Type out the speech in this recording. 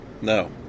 No